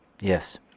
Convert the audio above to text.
Yes